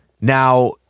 Now